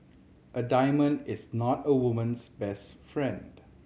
a diamond is not a woman's best friend